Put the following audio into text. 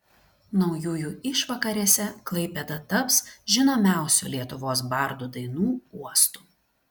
naujųjų išvakarėse klaipėda taps žinomiausių lietuvos bardų dainų uostu